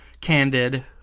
candid